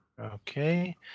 Okay